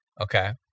Okay